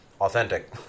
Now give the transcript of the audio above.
authentic